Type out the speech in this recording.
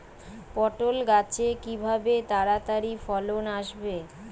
পটল গাছে কিভাবে তাড়াতাড়ি ফলন আসবে?